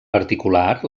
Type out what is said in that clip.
particular